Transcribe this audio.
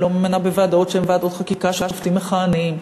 לא ממנה בוועדות שהן ועדות חקיקה שופטים מכהנים,